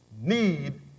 need